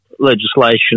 legislation